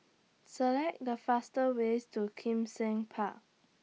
Select The fastest Way to Kim Seng Park